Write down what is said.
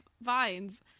vines